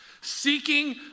seeking